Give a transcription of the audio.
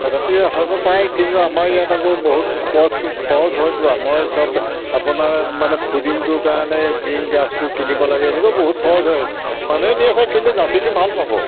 তথাপি আপোনালোকৰ পায় কিন্তু আমাৰ ইয়াত আকৌ বহুত খৰচ খৰচ হয়তো আমাৰ চব আপোনাৰ মানে ফুডিংটোৰ কাৰণে গ্ৰীণ গ্ৰাছটো কিনিব লাগে এনেকুৱা বহুত খৰচ হয় মানুহে নি আছে কিন্তু গাখীৰটো ভাল পাব